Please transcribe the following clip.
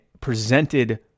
presented